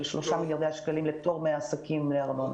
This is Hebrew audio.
שלושה מיליארדי השקלים לפטור לעסקים מארנונה.